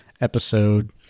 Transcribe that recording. episode